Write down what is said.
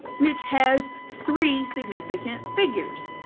which has three significant figures.